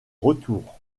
retour